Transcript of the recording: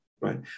Right